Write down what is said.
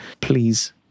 please